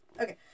Okay